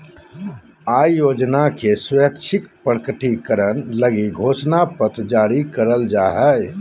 आय योजना के स्वैच्छिक प्रकटीकरण लगी घोषणा पत्र जारी करल जा हइ